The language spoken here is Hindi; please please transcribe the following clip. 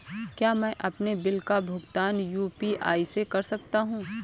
क्या मैं अपने बिल का भुगतान यू.पी.आई से कर सकता हूँ?